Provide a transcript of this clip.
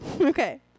Okay